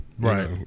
right